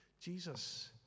Jesus